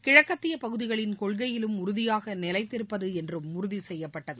கிழக்கத்திய பகுதிகளின் கொள்கையிலும் உறுதியாக நிலைத்திருப்பது என்றும் உறுதி செய்யப்பட்டது